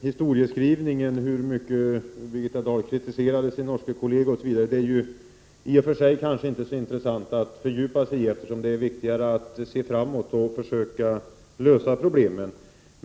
Historieskrivningen om hur mycket Birgitta Dahl kritiserat sin norska kollega osv. är det kanske inte så intressant att fördjupa sig i, eftersom det är viktigare att se framåt och försöka lösa problemen.